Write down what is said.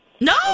No